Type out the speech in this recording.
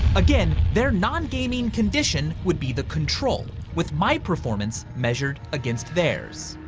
again, their non gaming condition would be the control with my performance measured against theirs.